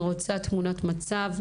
אני מבקשת תמונת מצב,